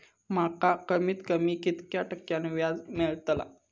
माका कमीत कमी कितक्या टक्क्यान व्याज मेलतला?